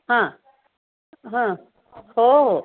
हां हां हो हो